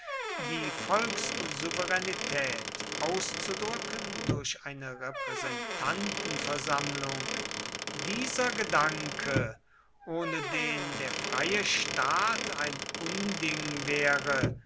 die volkssouveränität auszudrücken durch eine repräsentantenversammlung dieser gedanke ohne den der freie staat ein unding wäre